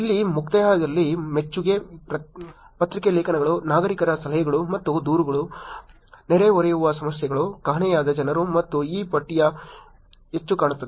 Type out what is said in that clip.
ಇಲ್ಲಿ ಮುಕ್ತಾಯದಲ್ಲಿ ಮೆಚ್ಚುಗೆ ಪತ್ರಿಕೆ ಲೇಖನಗಳು ನಾಗರಿಕರ ಸಲಹೆಗಳು ಮತ್ತು ದೂರುಗಳು ನೆರೆಹೊರೆಯ ಸಮಸ್ಯೆಗಳು ಕಾಣೆಯಾದ ಜನರು ಮತ್ತು ಈ ಪಟ್ಟಿಯು ಹೆಚ್ಚಾಗುತ್ತದೆ